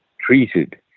treated